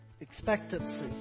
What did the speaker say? expectancy